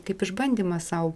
kaip išbandymą sau